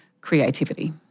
creativity